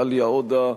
לעאליה עודה.